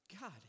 God